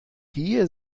hier